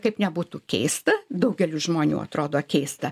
kaip nebūtų keista daugeliui žmonių atrodo keista